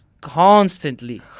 constantly